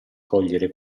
cogliere